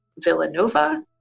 Villanova